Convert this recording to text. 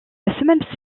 semaine